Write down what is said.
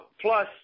plus